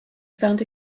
found